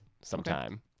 sometime